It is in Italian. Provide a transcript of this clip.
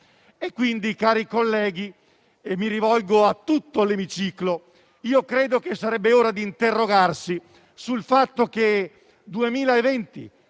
Quindi, cari colleghi, e mi rivolgo a tutto l'emiciclo, sarebbe ora di interrogarsi sul fatto che,